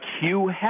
Hugh